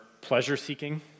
pleasure-seeking